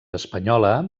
espanyola